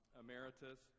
emeritus